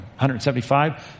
175